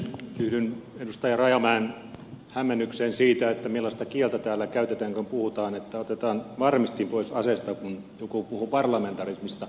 yhdyn edustaja rajamäen hämmennykseen siitä millaista kieltä täällä käytetään kun puhutaan että otetaan varmistin pois aseesta kun joku puhuu parlamentarismista